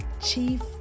Chief